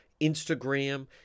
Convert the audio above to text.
Instagram